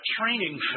training